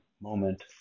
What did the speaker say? moment